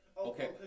Okay